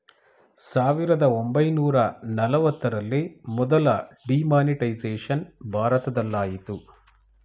ಸಾವಿರದ ಒಂಬೈನೂರ ನಲವತ್ತರಲ್ಲಿ ಮೊದಲ ಡಿಮಾನಿಟೈಸೇಷನ್ ಭಾರತದಲಾಯಿತು